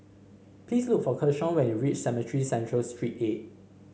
please look for Keshawn when you reach Cemetry Central Street eight